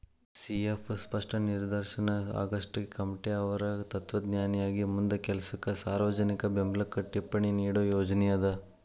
C F ಸ್ಪಷ್ಟ ನಿದರ್ಶನ ಆಗಸ್ಟೆಕಾಮ್ಟೆಅವ್ರ್ ತತ್ವಜ್ಞಾನಿಯಾಗಿ ಮುಂದ ಕೆಲಸಕ್ಕ ಸಾರ್ವಜನಿಕ ಬೆಂಬ್ಲಕ್ಕ ಟಿಪ್ಪಣಿ ನೇಡೋ ಯೋಜನಿ ಅದ